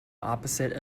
opposite